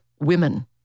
women